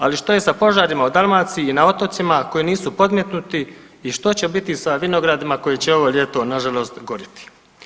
Ali što je sa požarima u Dalmaciji i na otocima koji nisu podmetnuti i što će biti sa vinogradima koji će ovo ljeto na žalost gorjeti?